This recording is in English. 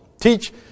Teach